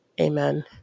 amen